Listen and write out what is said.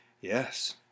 Yes